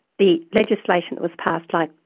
the legislation was passed, like,